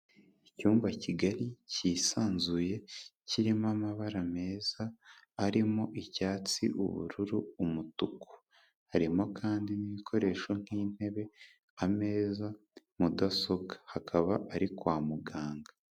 Icyumba kigari cyisanzuye, kirimo amabara meza arimo icyatsi, ubururu, umutuku, harimo kandi n'ibikoresho nk'intebe ameza, mudasobwa hakaba ari kwa muganga.